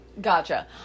Gotcha